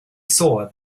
saw